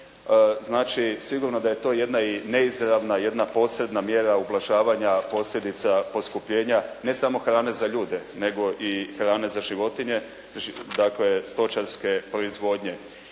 Znači, sigurno da je to jedna i neizravna, jedna posredna mjera ublažavanja posljedica poskupljenja, ne samo hrane za ljude, nego i hrane za životinje, dakle stočarske proizvodnje.